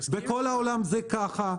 בכל העולם זה כך,